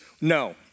No